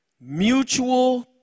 Mutual